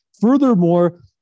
Furthermore